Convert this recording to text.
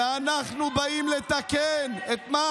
ואנחנו באים לתקן את מה